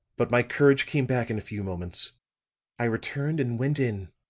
but my courage came back in a few moments i returned and went in.